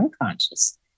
unconscious